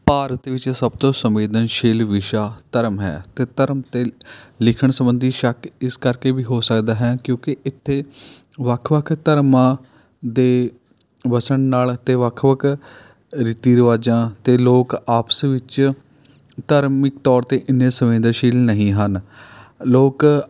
ਭਾਰਤ ਵਿੱਚ ਸਭ ਤੋਂ ਸੰਵੇਦਨਸ਼ੀਲ ਵਿਸ਼ਾ ਧਰਮ ਹੈ ਅਤੇ ਧਰਮ 'ਤੇ ਲਿਖਣ ਸੰਬੰਧੀ ਸ਼ੱਕ ਇਸ ਕਰਕੇ ਵੀ ਹੋ ਸਕਦਾ ਹੈ ਕਿਉਂਕਿ ਇੱਥੇ ਵੱਖ ਵੱਖ ਧਰਮਾਂ ਦੇ ਵਸਣ ਨਾਲ ਅਤੇ ਵੱਖ ਵੱਖ ਰੀਤੀ ਰਿਵਾਜਾਂ ਅਤੇ ਲੋਕ ਆਪਸ ਵਿੱਚ ਧਾਰਮਿਕ ਤੌਰ 'ਤੇ ਇੰਨੇ ਸੰਵੇਦਨਸ਼ੀਲ ਨਹੀਂ ਹਨ ਲੋਕ